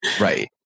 Right